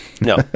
no